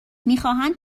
میخواهند